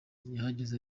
yahageze